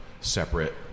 separate